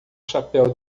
chapéu